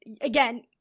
again